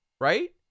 right